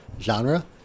genre